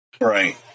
Right